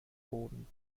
boden